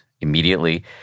immediately